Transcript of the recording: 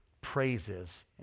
praises